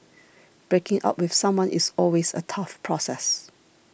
breaking up with someone is always a tough process